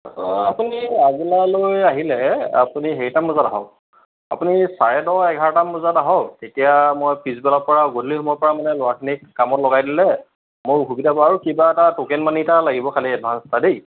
আপুনি আগবেলালৈ আহিলে আপুনি হেৰিটামান বজাত আহক আপুনি চাৰে দহ এঘাৰটামান বজাত আহক তেতিয়া মই পিছবেলাৰ পৰা গধূলি সময়ৰ পৰা মানে ল'ৰাখিনিক কামত লগাই দিলে মোৰ অসুবিধা আৰু কিবা এটা টকেন মানি এটা লাগিব খালি এডভান্স এটা দেই